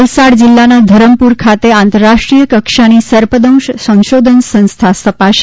વલસાડ જીલ્લાના ધરમપુર ખાતે આંતરરાષ્ટ્રીય કક્ષાની સર્પદંશ સંશોધન સંસ્થા સ્થપાશે